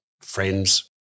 friends